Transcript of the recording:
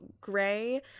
Gray –